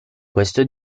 questo